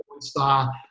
star